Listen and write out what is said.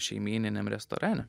šeimyniniam restorane